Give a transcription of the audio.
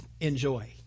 enjoy